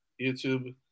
YouTube